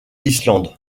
island